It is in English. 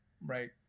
right